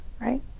right